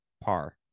Par